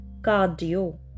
cardio